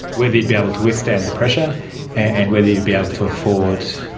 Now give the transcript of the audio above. whether you'd be able to withstand the pressure and whether you'd be able to afford,